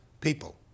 people